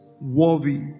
Worthy